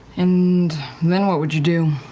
and then what would you do?